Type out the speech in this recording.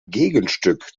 gegenstück